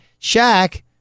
Shaq